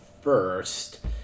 first